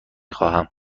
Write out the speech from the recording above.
خواهم